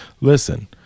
listen